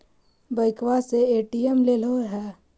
बैंकवा से ए.टी.एम लेलहो है?